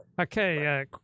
Okay